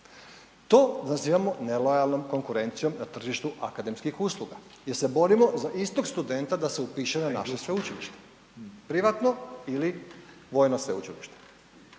To nazivamo nelojalnom konkurencijom na tržištu akademskih usluga jer se borimo za istog studenta da se upiše na naše sveučilište, privatno ili vojno sveučilište.